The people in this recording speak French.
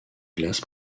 glaces